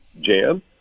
jam